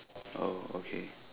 oh okay